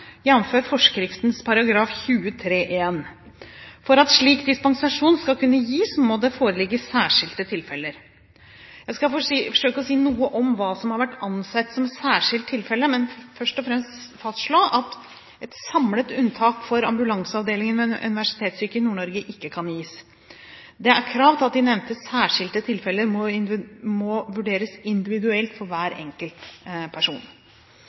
For at slik dispensasjon skal kunne gis, må det foreligge «særskilde tilfelle». Jeg skal forsøke å si noe om hva som har vært ansett som særskilte tilfeller, men vil først og fremst fastslå at et samlet unntak for ambulanseavdelingen ved Universitetssykehuset Nord-Norge ikke kan gis. Det er krav til at de nevnte «særskilde tilfelle» må vurderes individuelt for hver enkelt person.